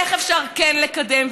איך אפשר כן לקדם.